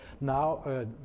now